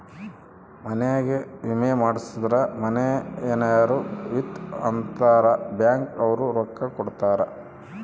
ಮನಿಗೇ ವಿಮೆ ಮಾಡ್ಸಿದ್ರ ಮನೇ ಯೆನರ ಬಿತ್ ಅಂದ್ರ ಬ್ಯಾಂಕ್ ಅವ್ರು ರೊಕ್ಕ ಕೋಡತರಾ